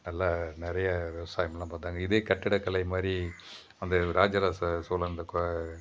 நல்லா நிறைய விவசாயம்லாம் பார்த்தாங்க இதே கட்டிடக்கலை மாதிரி அந்த ராஜ ராஜ சோழன் இந்த கோ